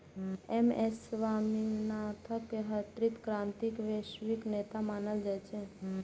M S Swaminathan कें हरित क्रांतिक वैश्विक नेता मानल जाइ छै